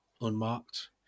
unmarked